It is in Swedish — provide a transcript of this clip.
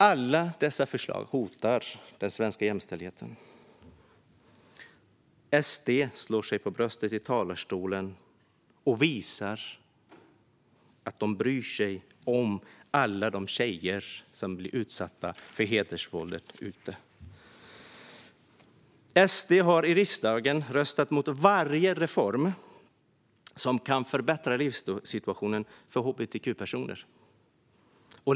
Alla dessa förslag hotar den svenska jämställdheten. SD slår sig för bröstet i talarstolen och visar att man bryr sig om alla tjejer som utsätts för hedersvåld. SD har i riksdagen röstat emot varje reform som kan förbättra livssituationen för hbtq-personer.